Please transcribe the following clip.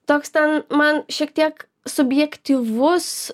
toks ten man šiek tiek subjektyvus